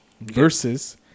versus